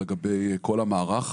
אלא לגבי כל המערך.